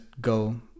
go